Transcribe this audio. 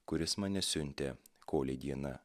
kuris mane siuntė kolei diena